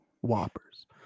whoppers